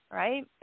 right